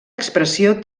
expressió